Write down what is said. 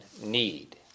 need